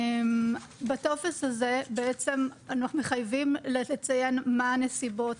בטופס הזה בעצם אנחנו מחייבים לציין מה הנסיבות,